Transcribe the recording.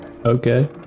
Okay